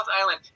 island